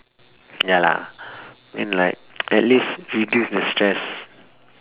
ya lah mean like at least reduce the stress